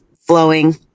flowing